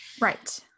Right